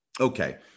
Okay